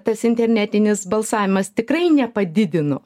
tas internetinis balsavimas tikrai nepadidino